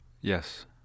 Yes